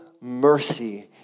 mercy